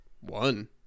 one